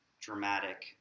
dramatic